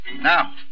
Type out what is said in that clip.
Now